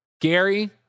Gary